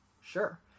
sure